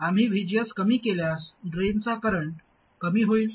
आम्ही VGS कमी केल्यास ड्रेनचा करंट कमी होईल